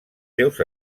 seus